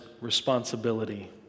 responsibility